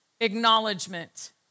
Acknowledgement